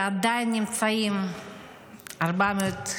ועדיין נמצאים 418,